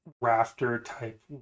rafter-type